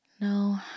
No